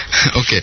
Okay